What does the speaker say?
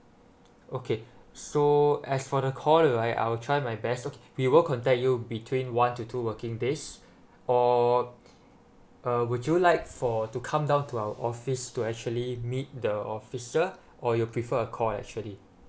okay so as for the call right I'll try my best okay we will contact you between one to two working days or uh would you like for to come down to our office to actually meet the officer or you prefer a call actually